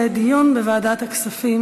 לדיון מוקדם בוועדה שתקבע ועדת הכנסת נתקבלה.